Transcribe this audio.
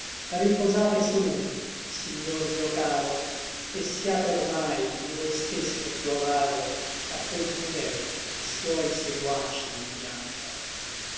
riposate su l'un signor mio caro et siate ormai di voi stesso piú avaro a quel crudel che suoi seguaci imbiancha